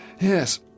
Yes